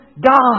God